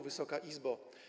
Wysoka Izbo!